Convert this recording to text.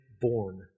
born